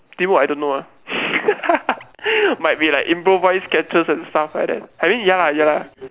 teamwork I don't know ah might be like improvise catches and stuff like that I mean ya lah ya lah